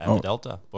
Delta